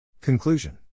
Conclusion